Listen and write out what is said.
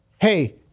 hey